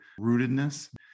rootedness